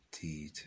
Deed